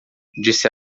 disse